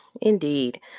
indeed